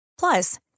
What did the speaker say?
Plus